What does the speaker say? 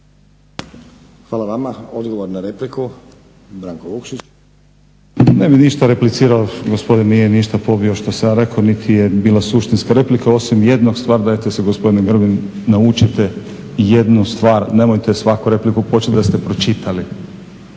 Branko (Hrvatski laburisti - Stranka rada)** Ne bi ništa replicirao gospodinu nije ništa pobio što sam ja reko, niti je bila suštinska replika. Osim jednog stvarno dajte se gospodine Grbin naučite jednu stvar, nemojte svaku repliku početi, da ste pročitali.